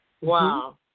Wow